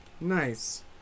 Nice